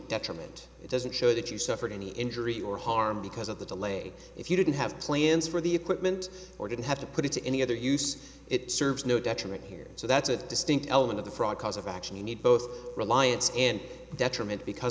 detriment it doesn't show that you suffered any injury or harm because of the delay if you didn't have plans for the equipment or didn't have to put it to any other use it serves no detriment here so that's a distinct element of the fraud cause of action you need both reliance and detriment because